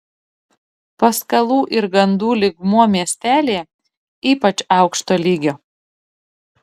paskalų ir gandų lygmuo miestelyje ypač aukšto lygio